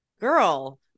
Girl